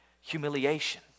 Humiliation